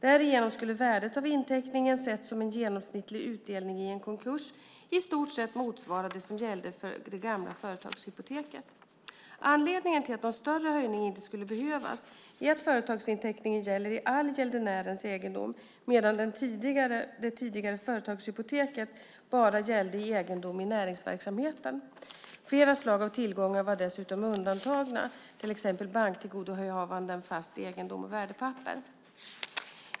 Därigenom skulle värdet av inteckningen, sett som en genomsnittlig utdelning i en konkurs, i stort sett motsvara det som gällde för det gamla företagshypoteket. Anledningen till att någon större höjning inte skulle behövas är att företagsinteckningen gäller i all gäldenärens egendom, medan det tidigare företagshypoteket gällde endast i egendom i näringsverksamheten. Flera slag av tillgångar var dessutom undantagna, till exempel banktillgodohavanden, fast egendom och värdepapper.